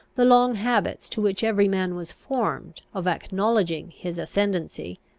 the long habits to which every man was formed of acknowledging his ascendancy,